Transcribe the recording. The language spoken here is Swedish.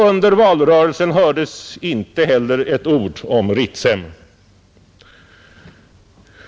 Under valrörelsen hördes inte heller ett ord om Ritsem.